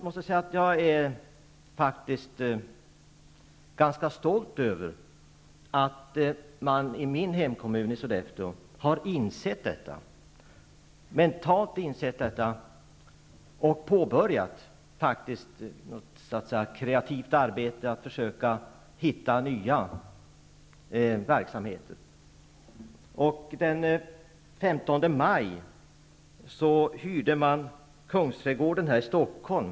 Jag är faktiskt ganska stolt över att man i min hemkommun i Sollefteå har mentalt insett detta och börjat att kreativt satsa på att försöka finna nya verksamheter. Den 15 maj hyrde man Kungsträdgården i Stockholm.